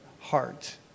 heart